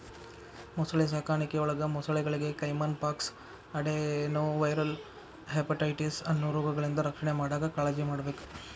ಮೊಸಳೆ ಸಾಕಾಣಿಕೆಯೊಳಗ ಮೊಸಳೆಗಳಿಗೆ ಕೈಮನ್ ಪಾಕ್ಸ್, ಅಡೆನೊವೈರಲ್ ಹೆಪಟೈಟಿಸ್ ಅನ್ನೋ ರೋಗಗಳಿಂದ ರಕ್ಷಣೆ ಮಾಡಾಕ್ ಕಾಳಜಿಮಾಡ್ಬೇಕ್